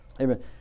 Amen